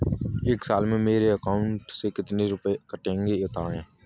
एक साल में मेरे अकाउंट से कितने रुपये कटेंगे बताएँ?